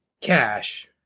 cash